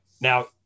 Now